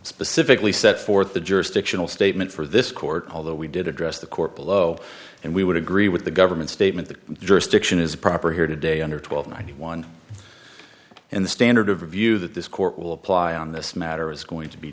specifically set forth the jurisdictional statement for this court although we did address the court below and we would agree with the government's statement that jurisdiction is proper here today under twelve ninety one and the standard of review that this court will apply on this matter is going to be